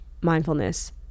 mindfulness